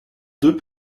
deux